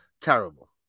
terrible